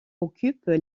occupent